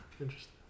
Interesting